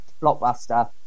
blockbuster